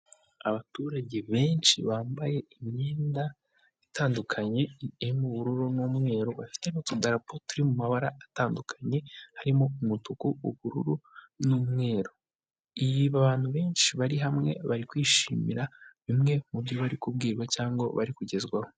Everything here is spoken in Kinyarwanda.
Abaturage benshi bambaye imyenda itandukanye irimo ubururu n'umweru bafite n'utudarapo turi mu mabara atandukanye harimo umutuku, ubururu n'umweru abantu benshi bari hamwe bari kwishimira bimwe mubyo bari kubwirwa cyangwa bari kugezwaho.